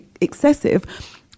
excessive